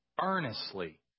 Earnestly